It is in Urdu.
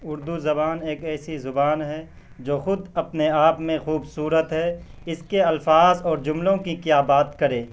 اردو زبان ایک ایسی زبان ہے جو خود اپنے آپ میں خوبصورت ہے اس کے الفاظ اور جملوں کی کیا بات کرے